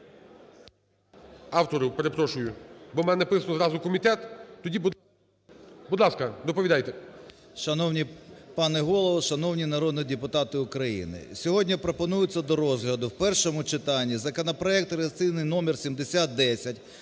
автора, перепрошую, бо у мене написано зразу комітет. Будь ласка, доповідайте. 13:52:08 КРИШИН О.Ю. Шановний пане Голово, шановні народні депутати України! Сьогодні пропонується до розгляду в першому читанні законопроект реєстраційний номер 7010